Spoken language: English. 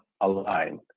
align